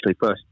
first